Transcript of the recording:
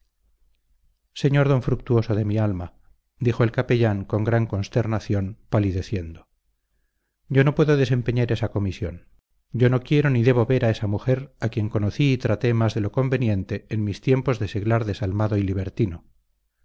sr d fructuoso de mi alma dijo el capellán con gran consternación palideciendo yo no puedo desempeñar esa comisión yo no quiero ni debo ver a esa mujer a quien conocí y traté más de lo conveniente en mis tiempos de seglar desalmado y libertino